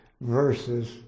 verses